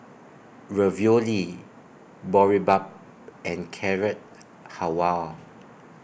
Ravioli Boribap and Carrot Halwa